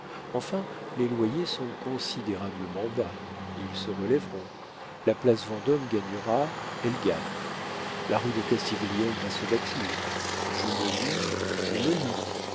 enfin les loyers sont considérablement bas ils se relèveront la place vendôme gagnera elle gagne la rue de castiglione va se bâtir je me lie je me lie